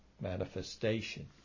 manifestation